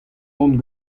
dont